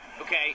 Okay